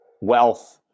wealth